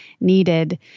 needed